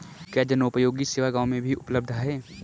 क्या जनोपयोगी सेवा गाँव में भी उपलब्ध है?